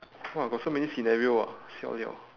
!wah! got so many scenario ah siao liao